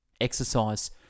Exercise